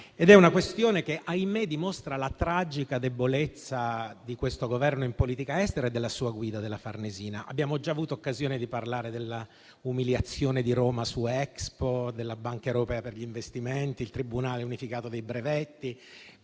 politica e dimostra, ahimè, la tragica debolezza di questo Governo in politica estera e della sua guida della Farnesina. Abbiamo già avuto occasione di parlare della umiliazione di Roma su Expo, della Banca europea per gli investimenti e del Tribunale unificato dei brevetti.